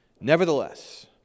Nevertheless